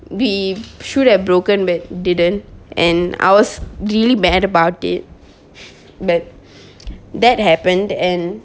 we should have broken but didn't and I was really mad about it but that happened and